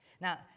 Now